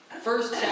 First